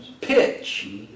pitch